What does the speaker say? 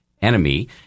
enemy